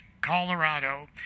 colorado